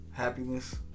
happiness